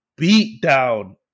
beatdown